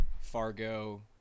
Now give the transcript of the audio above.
Fargo